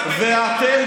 לא בשמם.